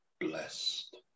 blessed